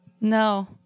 No